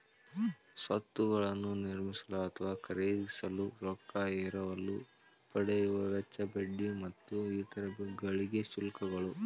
ಸ್ವತ್ತುಗಳನ್ನ ನಿರ್ಮಿಸಲು ಅಥವಾ ಖರೇದಿಸಲು ರೊಕ್ಕಾ ಎರವಲು ಪಡೆಯುವ ವೆಚ್ಚ, ಬಡ್ಡಿ ಮತ್ತು ಇತರ ಗಳಿಗೆ ಶುಲ್ಕಗಳು